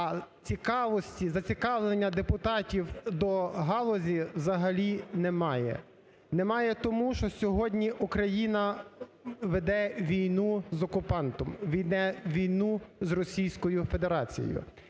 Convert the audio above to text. зацікавлення депутатів до галузі взагалі немає. Немає тому, що сьогодні Україна веде війну з окупантом, веде війну з Російською Федерацією.